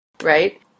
Right